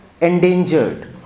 endangered